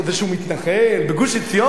מתנחל בגוש-עציון?